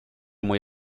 muy